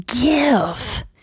give